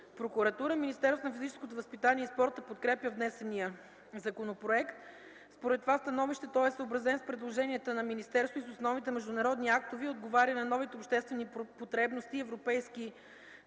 прокуратура. Министерството на физическото възпитание и спорта подкрепя внесения законопроект. Според това становище той е съобразен с предложенията на министерството и с основните международни актове и отговаря на новите обществени потребности и европейски